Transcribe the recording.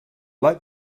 like